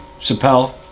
Chappelle